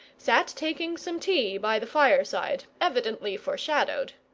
sat taking some tea by the fireside, evidently foreshadowed.